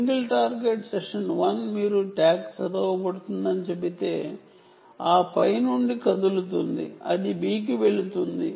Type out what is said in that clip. single target session 1 మీరు tag చదవబడుతుందని చెబితే A స్టేట్ నుండి కదులుతుంది ఆపై B స్టేట్ కి వెళుతుంది